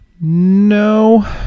no